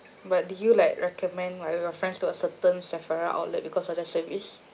but did you like recommend uh your friends to a certain sephora outlet because of their service